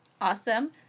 Awesome